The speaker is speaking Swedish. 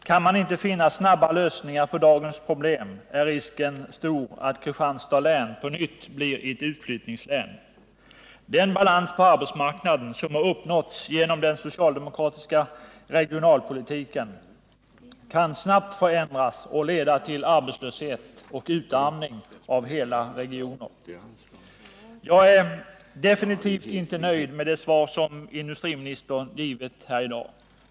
Kan man inte finna snabba lösningar på dagens problem, är risken stor att Kristianstads län på nytt blir ett utflyttningslän. Den balans på arbetsmarknaden som har uppnåtts genom den socialdemokratiska regionalpolitiken kan snabbt förändras och leda till arbetslöshet och utarmning av hela regioner. Jag är definitivt inte nöjd med det svar som industriministern givit här i dag.